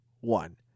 one